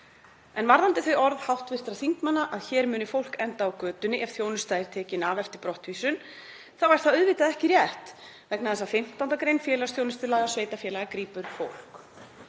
„En varðandi þau orð hv. þingmanna að hér muni fólk enda á götunni ef þjónusta er tekin af eftir brottvísun, þá er það auðvitað ekki rétt vegna þess að 15. gr. félagsþjónustulaga sveitarfélaga grípur fólk.“